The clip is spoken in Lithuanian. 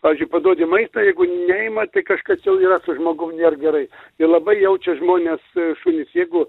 pavyzdžiui paduodi mai jeigu neima tai kažkas jau yra su žmogum nėr gerai jie labai jaučia žmones šunys jeigu